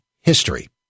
history